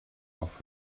off